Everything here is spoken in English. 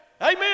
Amen